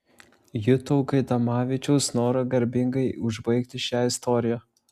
jutau gaidamavičiaus norą garbingai užbaigti šią istoriją